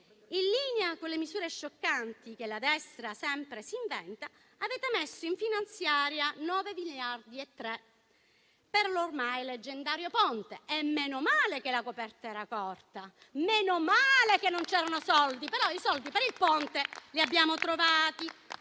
In linea con le misure scioccanti che la destra sempre si inventa, avete messo in finanziaria 9,3 miliardi per l'ormai leggendario Ponte; meno male che la coperta era corta, meno male che non c'erano soldi, però i soldi per il Ponte li abbiamo trovati,